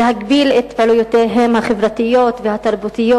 להגביל את פעילויותיהם החברתיות והתרבותיות